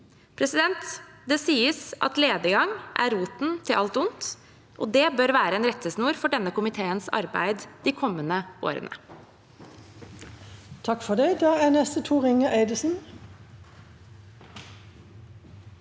er glemt. Det sies at lediggang er roten til alt ondt, og det bør være en rettesnor for denne komiteens arbeid de kommende årene.